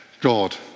God